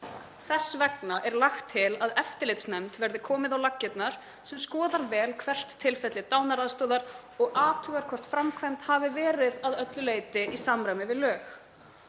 Þess vegna er lagt til að eftirlitsnefnd verði komið á laggirnar sem skoðar vel hvert tilfelli dánaraðstoðar og athugar hvort framkvæmd hafi verið að öllu leyti í samræmi við lög.